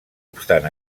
obstant